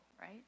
right